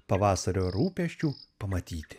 pavasario rūpesčių pamatyti